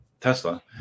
Tesla